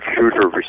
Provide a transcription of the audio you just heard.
shooter